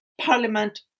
parliament